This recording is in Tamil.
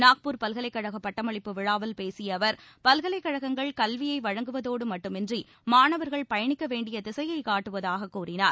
நாக்பூர் பல்லைக்கழக பட்டமளிப்பு விழாவில் பேசிய அவர் பல்கலைக்கழகங்கள் கல்வியை வழங்குவதோடு மட்டுமன்றி மாணவர்கள் பயணிக்க வேண்டிய திசையைக் காட்டுவதாகக் கூறினார்